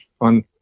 on